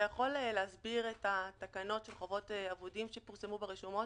אתה יכול להסביר את התקנות של חובות אבודים שפורסמו ברשומות?